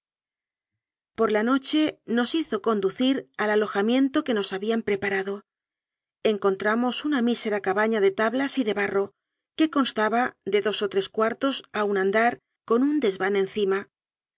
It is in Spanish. por la noche nos hizo conducir al alojamiento que nos habían preparado encontramos una mí sera cabana de tablas y de barro que constaba de dos o tres cuartos a un andar con un